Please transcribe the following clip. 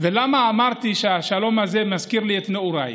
ולמה אמרתי שהשלום הזה מזכיר לי את נעוריי?